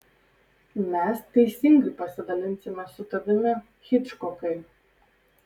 mes teisingai pasidalinsime su tavimi hičkokai